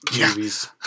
movies